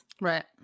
Right